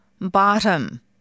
Bottom